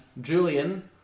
Julian